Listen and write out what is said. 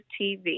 tv